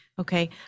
Okay